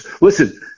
Listen